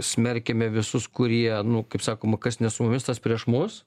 smerkiame visus kurie nu kaip sakoma kas ne su mumis tas prieš mus